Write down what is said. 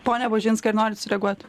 pone bužinskai ar norit sureaguot